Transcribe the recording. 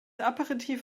aperitif